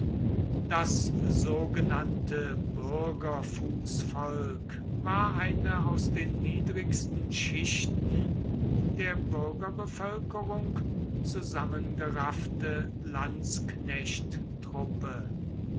das sogenannte bürgerfußvolk war eine aus den niedrigsten schichten der bürgerbevölkerung zusammengeraffte